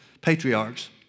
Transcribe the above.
patriarchs